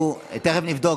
עזוב.